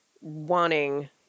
wanting